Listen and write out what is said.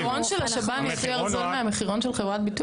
המחירון של השב"ן יותר זול מהמחירון של חברת ביטוח?